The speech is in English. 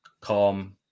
calm